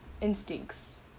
Instincts